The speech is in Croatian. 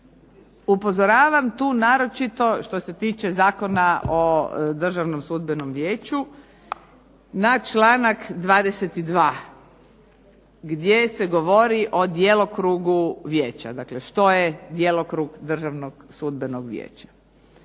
Upozoravam tu naročito što se tiče Zakona o Državnom sudbenom vijeću na članak 22. gdje se govori o djelokrugu vijeća. Dakle, što je djelokrug Državnog sudbenog vijeća.